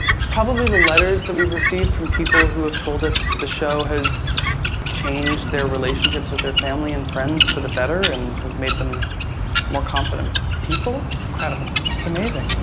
probably the letters that we've received from people who have told us that the show has changed their relationships with their family and friends for the better and has made them more confident people. that's incredible. it's amazing.